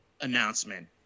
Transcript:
announcement